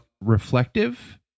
reflective